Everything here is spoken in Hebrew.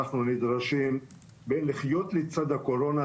בתוך המעגל הזה אנחנו מנסים לקדם במקסימום.